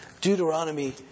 Deuteronomy